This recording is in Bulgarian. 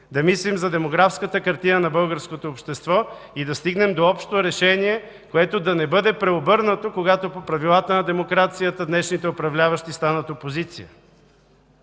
да мислим за демографската картина на българското общество и да стигнем до общо решение, което да не бъде преобърнато, когато по правилата на демокрацията днешните управляващи станат опозиция.